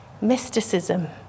mysticism